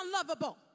unlovable